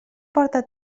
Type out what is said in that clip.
porta